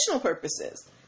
purposes